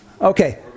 Okay